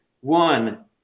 one